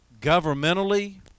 Governmentally